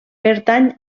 pertany